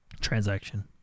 transaction